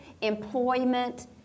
employment